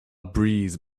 breeze